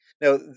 Now